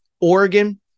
Oregon